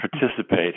participate